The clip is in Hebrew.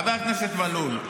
חבר הכנסת מלול,